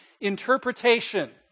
Interpretation